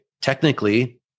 technically